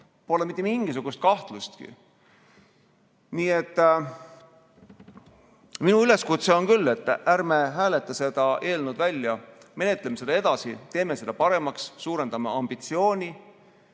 pole mitte mingisugust kahtlustki. Nii et minu üleskutse on küll see: ärme hääletame seda eelnõu välja, vaid menetleme seda edasi, teeme selle paremaks ja suurendame ambitsiooni.